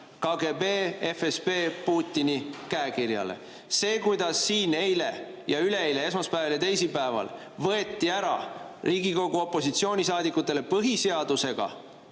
KGB, FSB ja Putini käekirjaga. See, kuidas siin eile ja üleeile, esmaspäeval ja teisipäeval võeti ära Riigikogu opositsioonisaadikutele põhiseadusega